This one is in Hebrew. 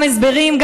גם הסברים,